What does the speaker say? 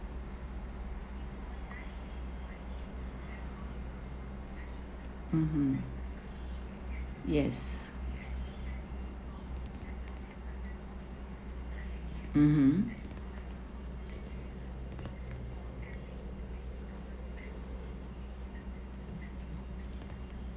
mmhmm yes mmhmm